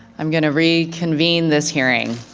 i'm gonna reconvene this hearing.